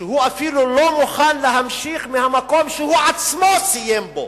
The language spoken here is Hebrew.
שאפילו לא מוכן להמשיך מהמקום שהוא עצמו סיים בו.